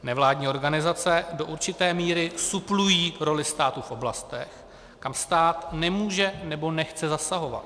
Nevládní organizace do určité míry suplují roli státu v oblastech, kam stát nemůže nebo nechce zasahovat.